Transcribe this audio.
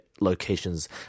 locations